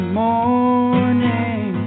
morning